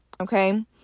okay